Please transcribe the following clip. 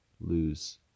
lose